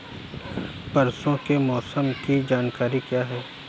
परसों के मौसम की जानकारी क्या है?